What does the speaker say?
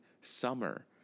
summer